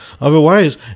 Otherwise